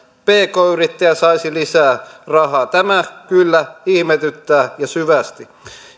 pk yrittäjä saisi lisää rahaa tämä kyllä ihmetyttää ja syvästi